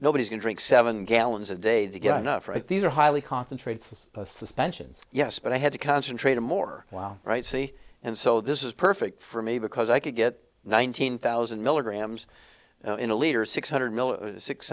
nobody's going to take seven gallons a day to get enough right these are highly concentrated suspensions yes but i had to concentrate a more while right c and so this is perfect for me because i could get nineteen thousand milligrams in a leader six hundred six